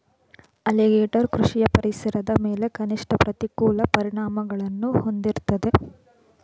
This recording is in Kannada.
ಅಲಿಗೇಟರ್ ಕೃಷಿಯು ಪರಿಸರದ ಮೇಲೆ ಕನಿಷ್ಠ ಪ್ರತಿಕೂಲ ಪರಿಣಾಮಗಳನ್ನು ಹೊಂದಿರ್ತದೆ